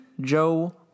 Joe